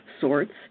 sorts